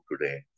today